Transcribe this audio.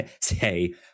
say